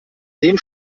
dem